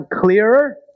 clearer